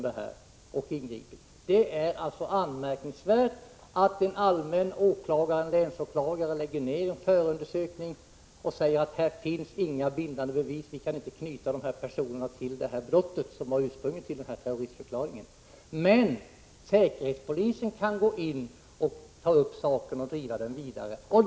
Det är alltså anmärkningsvärt att åklagaren lägger ned förundersökningen och säger att här inte finns några bindande bevis, att det inte går att binda dessa personer vid det brott som var ursprunget till terroristförklaringen, medan säkerhetspolisen emellertid kan ta upp denna sak och driva den vidare.